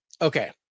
okay